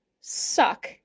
suck